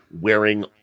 wearing